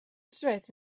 straight